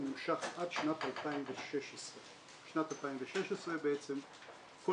נמשך עד שנת 2016. בשנת 2016 בעצם כל